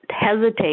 hesitate